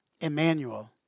Emmanuel